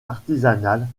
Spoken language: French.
artisanale